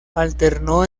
alternó